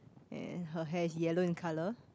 and her hair is yellow in colour